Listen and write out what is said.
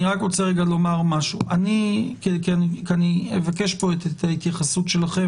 אני אבקש פה את ההתייחסות שלכם,